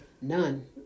None